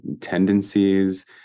tendencies